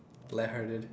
light hearted